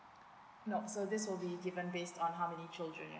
no so this will be different based on how many children ya